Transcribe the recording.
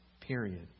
period